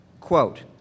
Quote